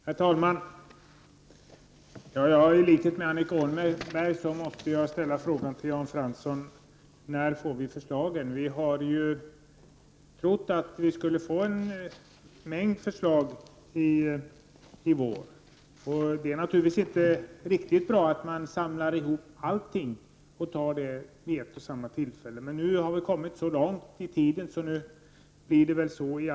Herr talman! I likhet med Annika Åhnberg måste jag fråga Jan Fransson: När får vi några förslag? Vi har ju trott att det skulle komma en mängd förslag till våren. Det är naturligtvis inte riktigt bra att samla ihop allting och ta allt vid ett och samma tillfälle. Men nu har det gått så lång tid att det väl blir så.